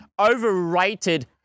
overrated